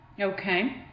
Okay